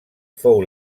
fou